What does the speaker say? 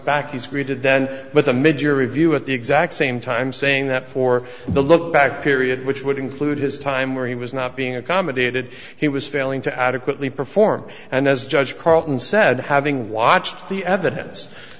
back he's greeted then with a mid year review at the exact same time saying that for the lookback period which would include his time where he was not being accommodated he was failing to adequately perform and as judge carlton said having watched the evidence